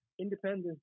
Independence